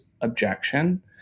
objection